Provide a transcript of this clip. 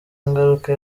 ngaruka